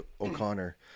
O'Connor